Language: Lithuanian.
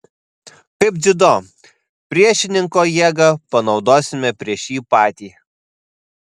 kaip dziudo priešininko jėgą panaudosime prieš jį patį